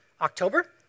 October